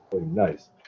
nice